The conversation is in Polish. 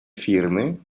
firmy